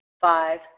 Five